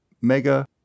mega